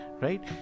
Right